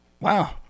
Wow